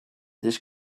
this